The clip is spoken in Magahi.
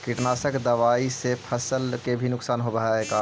कीटनाशक दबाइ से फसल के भी नुकसान होब हई का?